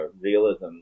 realism